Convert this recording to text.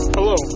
Hello